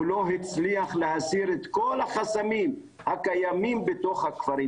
הוא לא הצליח להסיר את כל החסמים הקיימים בתוך הכפרים